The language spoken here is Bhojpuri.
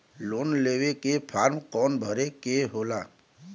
लोन लेवे के फार्म कौन भरे के होला?